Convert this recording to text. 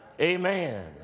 Amen